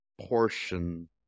portion